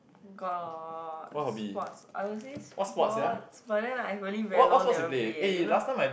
got sports I would say sports but then I really very long never play eh you know